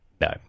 No